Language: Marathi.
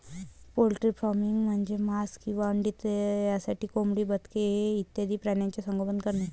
पोल्ट्री फार्मिंग म्हणजे मांस किंवा अंडी यासाठी कोंबडी, बदके इत्यादी प्राण्यांचे संगोपन करणे